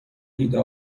ایده